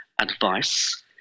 advice